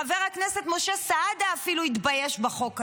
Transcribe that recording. חבר הכנסת משה סעדה התבייש בחוק הזה.